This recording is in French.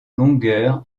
longueur